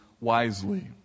wisely